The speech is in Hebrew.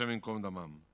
השם ייקום דמם.